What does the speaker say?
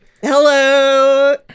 Hello